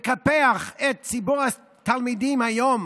לקפח את ציבור התלמידים היום